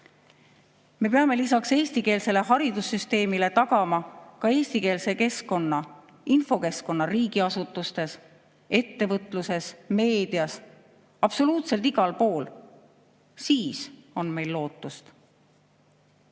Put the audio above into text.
Me peame lisaks eestikeelsele haridussüsteemile tagama ka eestikeelse infokeskkonna riigiasutustes, ettevõtluses, meedias – absoluutselt igal pool. Siis on meil lootust.